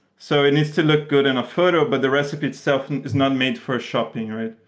so it needs to look good in a photo, but the recipe itself is not made for shopping, right?